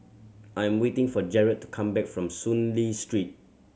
I am waiting for Jarett to come back from Soon Lee Street